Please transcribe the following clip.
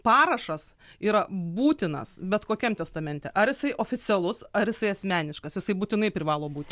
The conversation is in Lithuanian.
parašas yra būtinas bet kokiam testamente ar jisai oficialus ar jisai asmeniškas jisai būtinai privalo būt